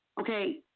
okay